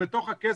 בתוך הכסף.